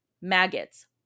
maggots